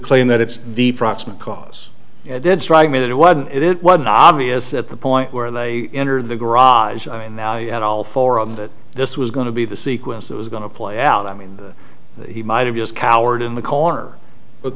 claim that it's the proximate cause did strike me that it wasn't it wasn't obvious at the point where they enter the garage i mean now you had all forum that this was going to be the sequence that was going to play out i mean he might have just cowered in the corner but